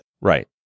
Right